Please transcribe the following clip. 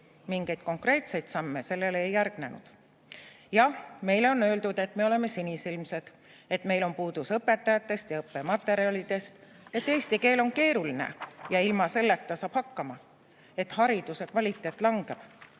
Mingeid konkreetseid samme sellele ei järgnenud. Jah, meile on öeldud, et me oleme sinisilmsed, et meil on puudus õpetajatest ja õppematerjalidest, et eesti keel on keeruline ja ilma selleta saab hakkama, et hariduse kvaliteet langeb.